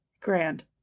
Grand